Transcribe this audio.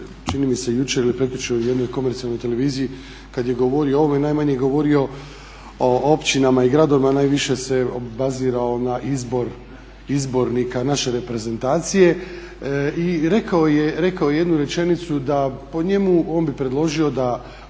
čini mi se jučer ili prekjučer u jednoj komercijalnoj televiziji kada je govorio o ovome, najmanje je govorio o općinama i gradovima najviše se obazirao na izbor izbornika naše reprezentacije. Rekao je jednu rečenicu da po njemu on bi predložio da